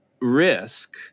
risk